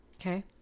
Okay